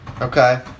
Okay